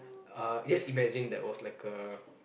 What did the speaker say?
uh just imagine there was like a